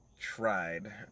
tried